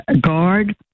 guard